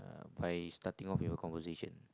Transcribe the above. by starting off with a conversation